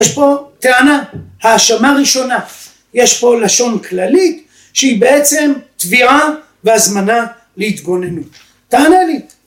יש פה טענה, האשמה ראשונה, יש פה לשון כללית שהיא בעצם תביעה והזמנה להתגוננות, תענה לי.